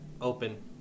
open